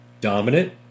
dominant